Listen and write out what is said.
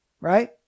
right